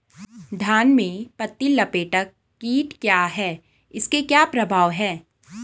धान में पत्ती लपेटक कीट क्या है इसके क्या प्रभाव हैं?